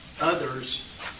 others